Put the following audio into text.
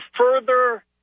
further